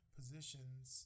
positions